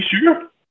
sure